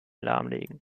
lahmlegen